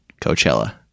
Coachella